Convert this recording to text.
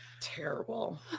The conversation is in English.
Terrible